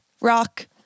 rock